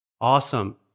Awesome